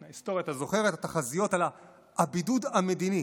היסטוריה, אתה זוכר את התחזיות על הבידוד המדיני?